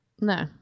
No